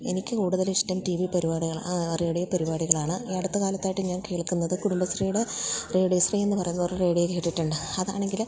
എനിക്ക് കൂടുതലിഷ്ടം റേഡിയോ പരിപാടികളാണ് ഈയടുത്ത കാലത്തായിട്ട് ഞാന് കേൾക്കുന്നത് കുടുംബശ്രീയുടെ റേഡിയോശ്രീയെന്ന് പറയുന്നൊരു റേഡിയോ കേട്ടിട്ടുണ്ട് അതാണെങ്കില്